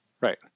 right